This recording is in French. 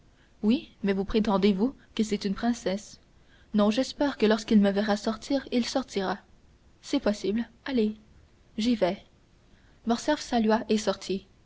oui mais vous prétendez vous que c'est une princesse non j'espère que lorsqu'il me verra sortir il sortira c'est possible allez j'y vais morcerf salua et sortit